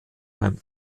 beim